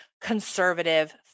conservative